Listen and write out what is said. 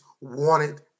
wanted